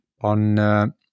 on